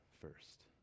first